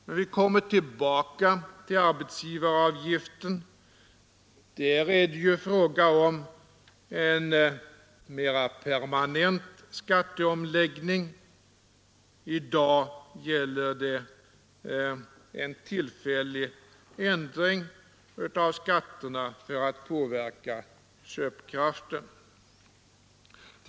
Men vi kommer tillbaka till arbetsgivaravgiften. Där är det ju fråga om en mera permanent skatteomläggning. I dag gäller det en tillfällig ändring av skatterna för att påverka köpkraften.